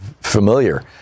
familiar